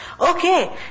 Okay